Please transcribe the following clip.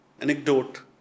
anecdote